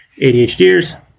ADHDers